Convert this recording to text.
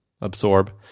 absorb